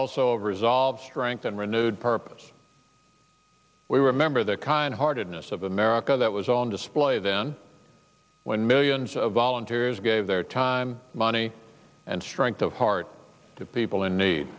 also of resolve strength and renewed purpose we remember the kind hearted miss of america that was on display then when millions of volunteers gave their time money and strength of heart to people in need